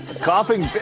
Coughing